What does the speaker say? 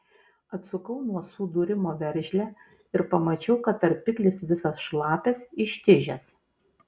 atsukau nuo sudūrimo veržlę ir pamačiau kad tarpiklis visas šlapias ištižęs